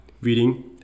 reading